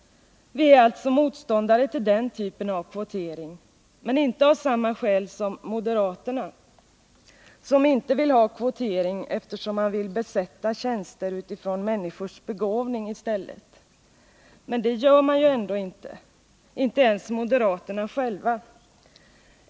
Vi är alltså motståndare till den typen av kvotering men inte av samma skäl som moderaterna, som inte vill ha kvotering efiersom man vill besätta tjänster utifrån människors begåvning i stället. Det gör man ju ändå inte — inte ens moderaterna själva!